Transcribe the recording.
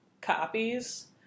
copies